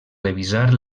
revisar